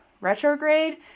retrograde